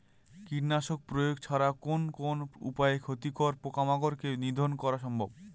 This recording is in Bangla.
কীটনাশক প্রয়োগ ছাড়া কোন কোন উপায়ে ক্ষতিকর পোকামাকড় কে নিধন করা সম্ভব?